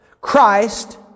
Christ